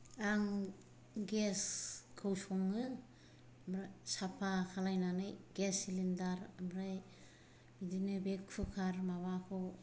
आं गेसखौ सङो साफा खालायनानै गेस सिलिन्दार ओमफ्राय बिदिनो बे खुखार माबाखौ